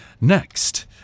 Next